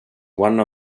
one